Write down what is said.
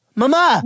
mama